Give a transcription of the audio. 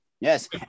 Yes